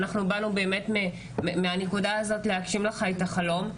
אנחנו באנו באמת מהנקודה הזאת להגשים לך את החלום.